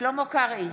שלמה קרעי,